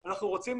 ארבעה,